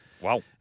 Wow